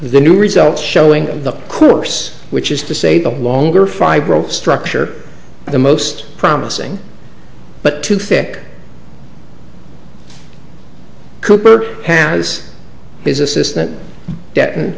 the new results showing the course which is to say the longer fibro structure the most promising but too thick cooper has his assistant de